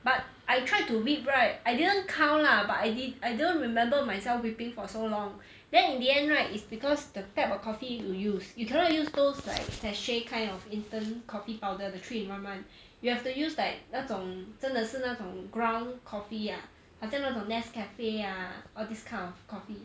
but I tried to whip right I didn't count lah but I did I don't remember myself whipping for so long then in the end right it's because the type of coffee you use you cannot use those like sachet kind of instant coffee powder the three in one [one] you have to use like 那种真的是那种 ground coffee ah 好像那种 nescafe ah all this kind of coffee